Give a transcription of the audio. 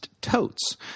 totes